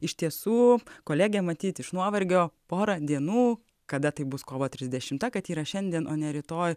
iš tiesų kolegė matyt iš nuovargio porą dienų kada tai bus kovo trisdešimta kad yra šiandien o ne rytoj